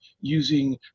using